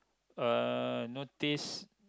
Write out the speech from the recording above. uh notice